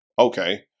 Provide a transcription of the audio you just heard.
okay